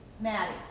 Maddie